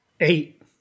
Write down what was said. Eight